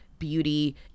beauty